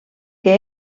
que